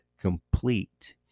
complete